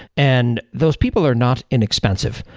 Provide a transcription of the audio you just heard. and those people are not inexpensive,